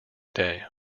day